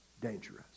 dangerous